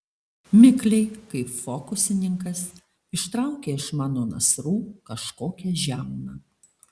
mikliai kaip fokusininkas ištraukė iš mano nasrų kažkokią žiauną